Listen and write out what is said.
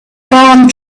armed